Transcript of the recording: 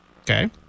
Okay